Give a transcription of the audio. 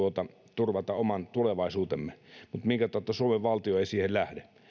turvata oman tulevaisuutemme mutta minkä tautta suomen valtio ei siihen lähde